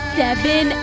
seven